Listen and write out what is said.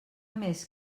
més